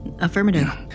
Affirmative